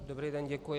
Dobrý den, děkuji.